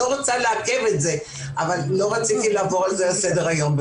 אני לא רוצה לעכב אבל לא רציתי לעבור על זה לסדר היום.